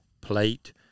plate